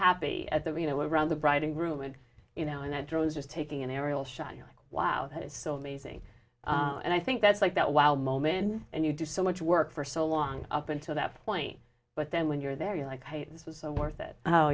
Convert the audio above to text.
happy at the are you know were around the bride and groom and you know and i drove just taking an aerial shot you're like wow that is so amazing and i think that's like that wild moment and you do so much work for so long up until that point but then when you're there you're like i was so worth it oh